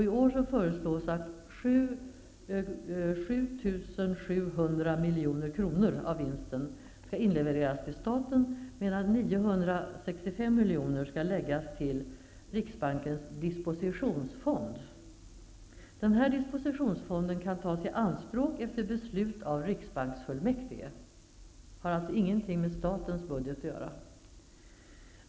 I år föreslås att 7 700 milj.kr. av vinsten skall inlevereras till staten, medan 965 milj. skall läggas till riksbankens dispositionsfond. Bankens dispositionsfond kan tas i anspråk efter beslut av riksbanksfullmäktige och har alltså ingenting med statens budget att göra.